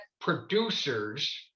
producers